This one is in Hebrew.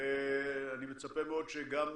ואני מצפה מאוד שגם